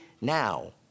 now